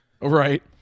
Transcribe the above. Right